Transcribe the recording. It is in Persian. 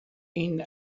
این